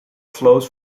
flows